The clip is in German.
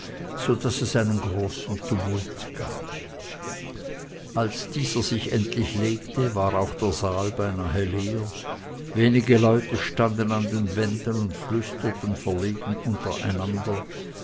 so daß es einen großen tumult gab als dieser sich endlich legte war auch der saal beinahe leer wenige leute standen an den wänden und flüsterten verlegen untereinander